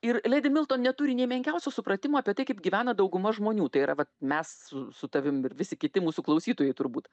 ir leidi milton neturi nei menkiausio supratimo apie tai kaip gyvena dauguma žmonių tai yra vat mes su tavim ir visi kiti mūsų klausytojai turbūt